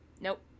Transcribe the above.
Nope